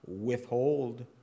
withhold